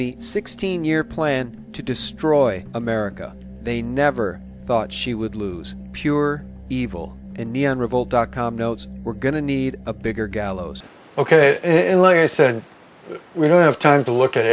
the sixteen year plan to destroy america they never thought she would lose pure evil in neon revolt dot com notes we're going to need a bigger gallows ok and larry said we don't have time to look at